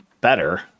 better